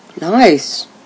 Nice